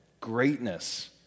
greatness